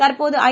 தற்போதுஐ